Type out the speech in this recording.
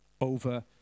over